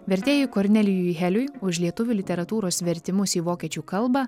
vertėjui kornelijui heliui už lietuvių literatūros vertimus į vokiečių kalbą